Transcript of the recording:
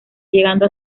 llegando